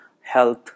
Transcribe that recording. health